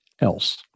else